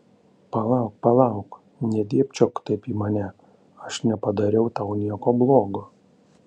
palauk palauk nedėbčiok taip į mane aš nepadariau tau nieko blogo